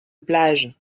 plage